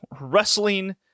wrestling